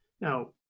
now